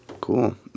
cool